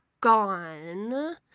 gone